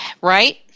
Right